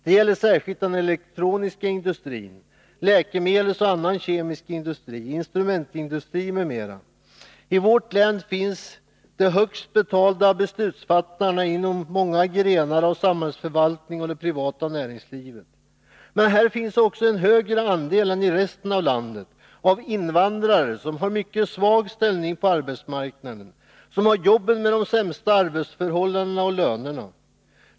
Det gäller särskilt den elektroniska industrin, läkemedelsindustrin och annan kemisk industri, instrumentindustrin m.m. I vårt län finns de bäst betalda beslutsfattarna inom många grenar av samhällsförvaltning och inom det privata näringslivet. Men här finns också en större andel — jämfört med landet i övrigt — av invandrare som har en mycket svag ställning på arbetsmarknaden, som har de sämsta arbetsförhållandena och de sämsta lönerna.